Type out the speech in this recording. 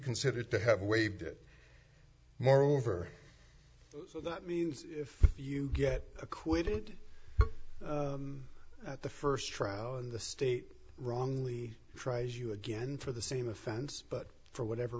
considered to have waived it moreover so that means if you get acquitted at the st trial and the state wrongly tries you again for the same offense but for whatever